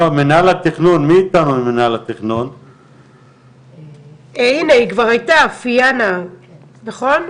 משרד האוצר מכיר את זה כבר כמה חודשים, ולצערי